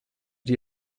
die